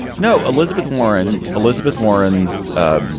no. elizabeth warren, elizabeth warren's